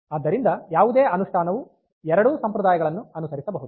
ಆದ್ದರಿಂದ ಯಾವುದೇ ಅನುಷ್ಠಾನವು ಎರಡೂ ಸಂಪ್ರದಾಯಗಳನ್ನು ಅನುಸರಿಸಬಹುದು